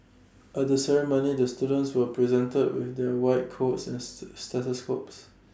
at the ceremony the students were presented with their white coats and stethoscopes